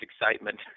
excitement